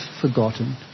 forgotten